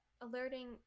alerting